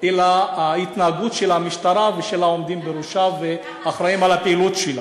אלא ההתנהגות של המשטרה ושל העומדים בראשה והאחראים לפעילות שלה.